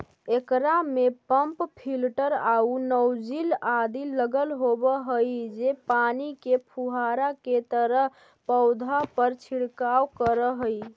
एकरा में pump filter आउ नॉजिल आदि लगल होवऽ हई जे पानी के फुहारा के तरह पौधा पर छिड़काव करऽ हइ